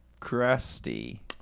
Crusty